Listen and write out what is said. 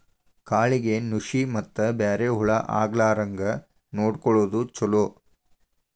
ಕಾಳಿಗೆ ನುಶಿ ಮತ್ತ ಬ್ಯಾರೆ ಹುಳಾ ಆಗ್ಲಾರಂಗ ನೊಡಕೊಳುದು ಚುಲೊ